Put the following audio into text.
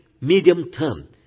medium-term